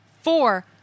four